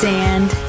Sand